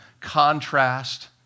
contrast